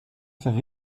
faire